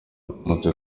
wakomotse